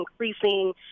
increasing